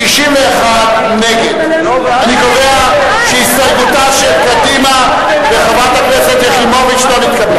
61. אני קובע שההסתייגות של קדימה וחברת הכנסת יחימוביץ לא נתקבלה.